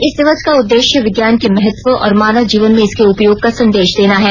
इस दिवस का उद्देश्य विज्ञान के महत्व और मानव जीवन में इसके उपयोग का संदेश र्दना है